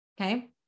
okay